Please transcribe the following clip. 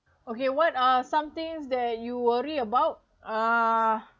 okay what are some things that you worry about uh